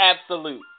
absolute